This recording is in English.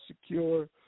secure